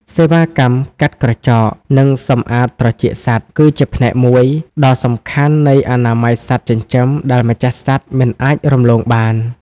សេវាកម្មកាត់ក្រចក និងសម្អាតត្រចៀកសត្វ គឺជាផ្នែកមួយដ៏សំខាន់នៃអនាម័យសត្វចិញ្ចឹមដែលម្ចាស់សត្វមិនអាចរំលងបាន។